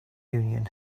union